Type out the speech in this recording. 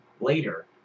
Later